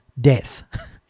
death